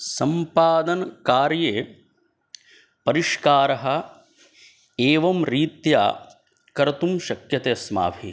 सम्पादनकार्ये परिष्कारः एवं रीत्या कर्तुं शक्यते अस्माभिः